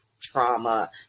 trauma